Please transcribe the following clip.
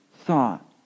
thought